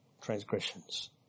transgressions